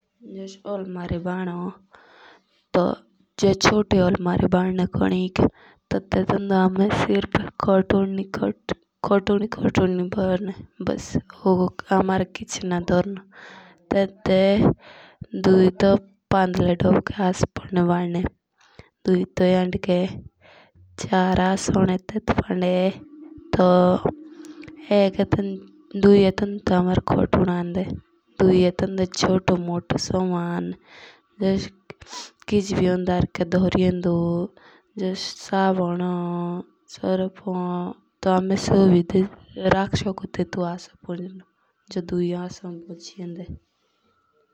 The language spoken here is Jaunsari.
जोश अलमारे भानो तो जे नेदारे अलमारे बन्ने तो तेतु बन्नक आमे चार हस के बन सोको। तेतु बन्नक कम लकड़ी लगदी ।